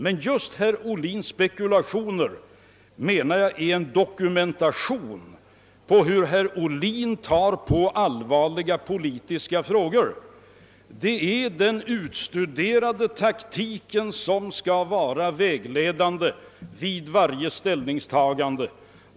Herr Ohlins spekulatio ner dokumenterar hur herr Ohlin tar på allvarliga politiska frågor; det är tydligen den utstuderade taktiken som skall vara vägledande vid varje ställningstagande.